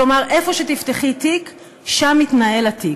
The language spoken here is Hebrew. כלומר, איפה שתפתחי תיק שם יתנהל התיק.